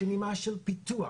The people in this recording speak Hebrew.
בסימן של פיתוח,